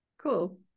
Cool